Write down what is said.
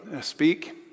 speak